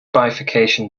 bifurcation